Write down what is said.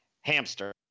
hamster